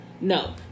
No